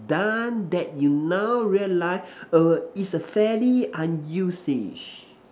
done that you now realize over it's a fairly unusual